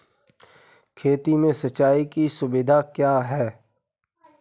खेती में सिंचाई की सुविधा क्या है?